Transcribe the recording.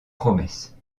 promesses